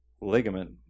ligament